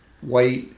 white